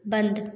बंद